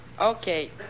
Okay